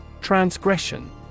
transgression